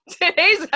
Today's